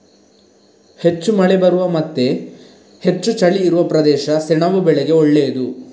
ಹೆಚ್ಚು ಮಳೆ ಬರುವ ಮತ್ತೆ ಹೆಚ್ಚು ಚಳಿ ಇರುವ ಪ್ರದೇಶ ಸೆಣಬು ಬೆಳೆಗೆ ಒಳ್ಳೇದು